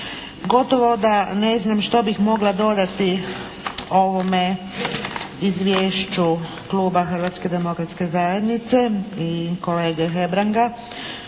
Gotovo da ne znam što bih mogla dodati ovome izvješću kluba Hrvatske demokratske